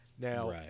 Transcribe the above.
Now